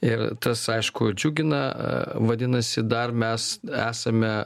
ir tas aišku džiugina vadinasi dar mes esame